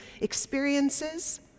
experiences